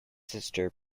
sister